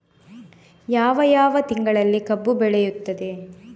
ಯಾವ ಯಾವ ತಿಂಗಳಿನಲ್ಲಿ ಕಬ್ಬು ಬೆಳೆಯುತ್ತದೆ?